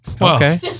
okay